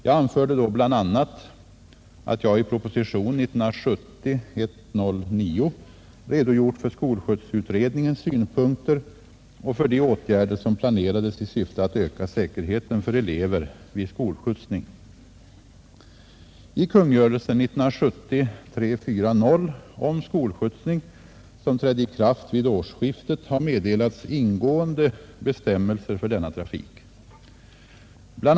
Jag anförde då bl.a. att jag i proposition 1970:109 redogjort för skolskjutsutredningens synpunkter och för de åtgärder som planerades i syfte att öka säkerheten för elever vid skolskjutsning. I kungörelsen om skolskjutsning, som trädde i kraft vid årsskiftet, har meddelats ingående bestämmelser för denna trafik. Bl.